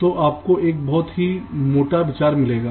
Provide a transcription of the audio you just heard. तो आपको एक बहुत ही मोटा विचार मिलेगा